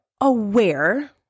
aware